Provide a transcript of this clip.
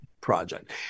project